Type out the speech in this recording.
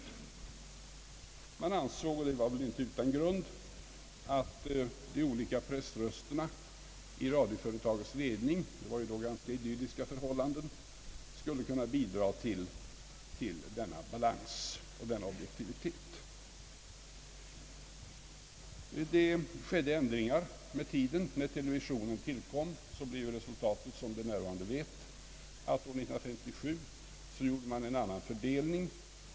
Man ansåg, och det var väl inte utan grund, att de olika pressrösterna i radioföretagets ledning — det var ju då ganska idylliska för hållanden — skulle kunna bidra till denna balans och denna objektivitet. Det skedde ändringar med tiden. När televisionen tillkom blev resultatet, som de närvarande vet, att man år 1957 gjorde en annan fördelning.